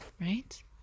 right